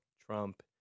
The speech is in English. Trump